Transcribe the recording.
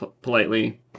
politely